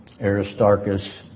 Aristarchus